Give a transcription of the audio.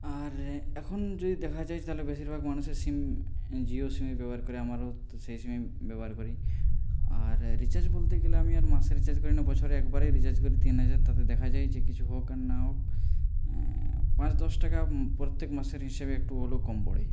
আর এখন যদি দেখা যায় তাহলে বেশিরভাগ মানুষই সিম জিও সিমই ব্যবহার করে আমারও তো সেই সিম ব্যবহার করি আর রিচার্জ বলতে গেলে আমি আর মাসে রিচার্জ করিনা বছরে একবারই রিচার্জ করি তিন হাজার তাতে দেখা যায় যে কিছু হোক আর না হোক পাঁচ দশ টাকা প্রত্যেক মাসের হিসেবে একটু হলেও কম পড়ে